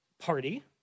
party